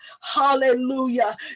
hallelujah